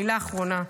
מילה אחרונה,